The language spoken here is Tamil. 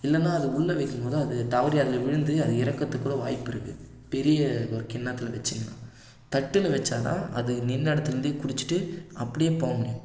இல்லைன்னா அது உள்ள வைக்கும் போது அது தவறி அதில் விழுந்து அது இறக்கிறத்துக்கூட வாய்ப்புருக்கு பெரிய ஒரு கிண்ணத்தில் வச்சிடணும் தட்டில் வச்சால்தான் அது நின்ற இடத்துலருந்தே குடிச்சிட்டு அப்படியே போக முடியும்